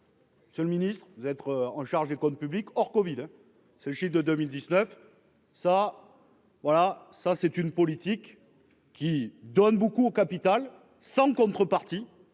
ça. Ce le Ministre, vous êtes en charge des comptes publics hors Covid ce chiffre de 2019 ça voilà, ça c'est une politique qui donne beaucoup au capital sans contrepartie,